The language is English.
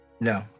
No